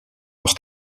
leur